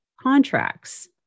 contracts